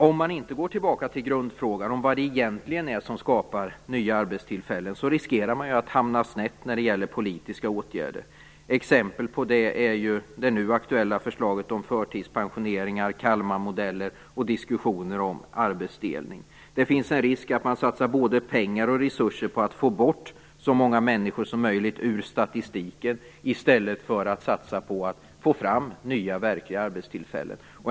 Om man inte går tillbaka till grundfråga om vad det egentligen är som skapar nya arbetstillfällen riskerar man att hamna snett när det gäller politiska åtgärder. Exempel på det är det nu aktuella förslaget om förtidspensioneringar, Kalmarmodeller och diskussioner om arbetsdelning. Det finns en risk för att man satsar både pengar och resurser på att få bort så många människor som möjligt ur statistiken, i stället för att satsa på att få fram nya verkliga arbetstillfällen.